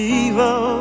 evil